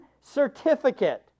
certificate